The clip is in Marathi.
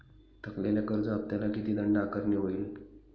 थकलेल्या कर्ज हफ्त्याला किती दंड आकारणी होईल?